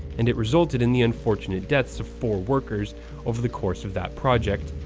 and it resulted in the unfortunate deaths of four workers over the course of that project,